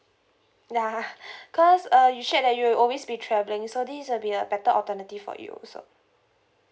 ya cause uh you said that you will always be travelling so this will be a better alternative for you also